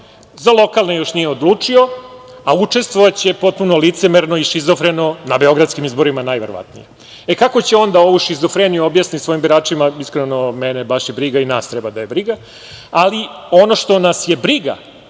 za lokalne još uvek nije odlučio, a učestvovaće potpuno licemerno i šizofreno na beogradskim izborima najverovatnije. Kako će on da ovu šizofreniju objasni svojim biračima, iskreno, mene baš briga i nas treba da je briga. Ono što nas je briga,